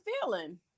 feeling